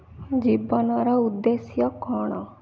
ଜୀବନର ଉଦ୍ଦେଶ୍ୟ କ'ଣ